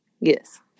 Yes